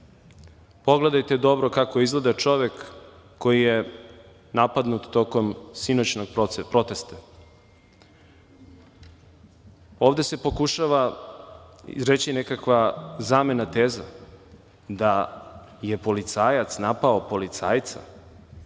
Pogledajte dobro kako izgleda čovek koji je napadnut tokom sinoćnog protesta. Ovde se pokušava izreći nekakva zamena teza, da je policajac napao policajca,